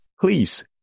please